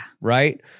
right